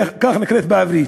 כך נקראת בעברית,